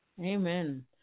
Amen